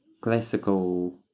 classical